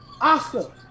Oscar